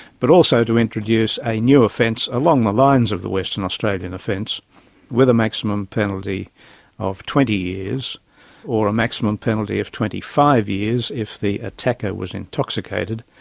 but also to introduce a new offence along the lines of the western australian offence with a maximum penalty of twenty years or a maximum penalty of twenty five years if the attacker was intoxicated.